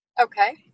Okay